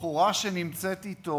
הבחורה שנמצאת אתו,